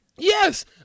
Yes